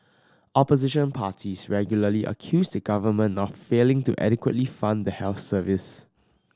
opposition parties regularly accuse the government of failing to adequately fund the health service